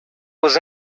was